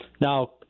Now